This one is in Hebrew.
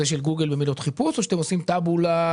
גוגל ומילות חיפוש או שאתם עושים טבולה?